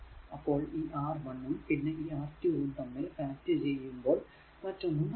അപ്പോൾ ഈ R 1 ഉം പിന്നെ ഈ R 2 ഉം തമ്മിൽ കണക്ട് ചെയ്യുമ്പോൾ മറ്റൊന്നും കാണില്ല